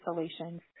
installations